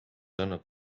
annab